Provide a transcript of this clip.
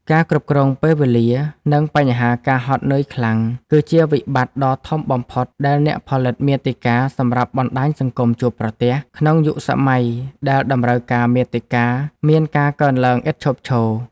ការគ្រប់គ្រងពេលវេលា និងបញ្ហាការហត់នឿយខ្លាំង គឺជាវិបត្តិដ៏ធំបំផុតដែលអ្នកផលិតមាតិកាសម្រាប់បណ្ដាញសង្គមជួបប្រទះ ក្នុងយុគសម័យដែលតម្រូវការមាតិកាមានការកើនឡើងឥតឈប់ឈរ។